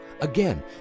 Again